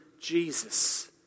Jesus